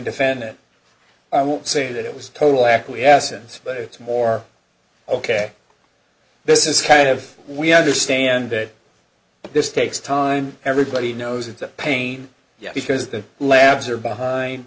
defendant i will say that it was total acquiescence but it's more ok this is kind of we understand that this takes time everybody knows it's a pain yet because the labs are behind